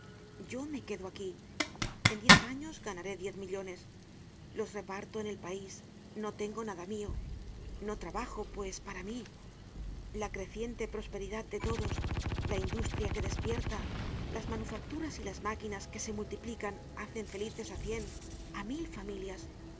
yo me quedo aquí en diez años ganaré diez millones los reparto en el pais no tengo nada mio no trabajo pues para mí la creciente prosperidad de todos la industria que despierta las manufacturas y las máquinas que se multiplican hacen felices á cien á mil familias